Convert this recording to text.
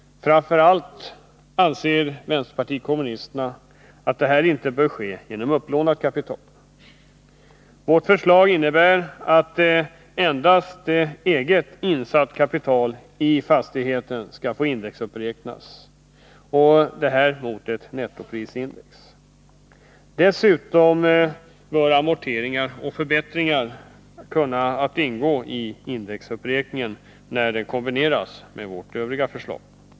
Framför allt anser vänsterpartiet kommunisterna att ökning av förmögenheten inte bör ske genom upplånat kapital. Vårt förslag innebär att endast eget i fastigheten insatt kapital skall få indexuppräknas, och detta mot ett nettoprisindex. Dessutom bör amorteringar och förbättringar kunna ingå i underlaget för indexuppräkningar när de kombineras med vårt förslag i övrigt.